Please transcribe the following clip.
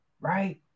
Right